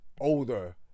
older